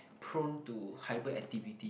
prone to hyperactivity